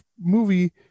movie